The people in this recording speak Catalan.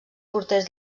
porters